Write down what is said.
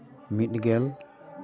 ᱢᱤᱫ ᱜᱮᱞ